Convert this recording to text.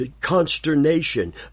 consternation